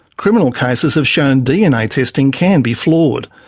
criminal cases have shown dna testing can be flawed.